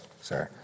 Sorry